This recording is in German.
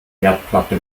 herdplatte